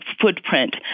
footprint